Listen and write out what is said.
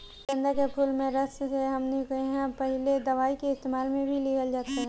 गेन्दा के फुल के रस से हमनी किहां पहिले दवाई के इस्तेमाल मे भी लिहल जात रहे